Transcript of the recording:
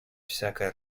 всякое